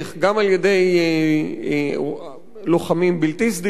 גם על-ידי לוחמים בלתי סדירים,